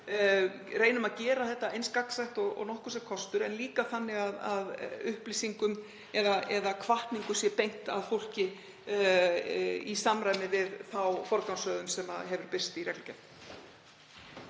reynum að gera þetta eins gagnsætt og nokkurs er kostur en líka þannig að upplýsingum eða hvatningu sé beint að fólki í samræmi við þá forgangsröðun sem hefur birst í reglugerð.